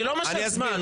אני אסביר.